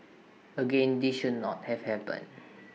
again this should not have happened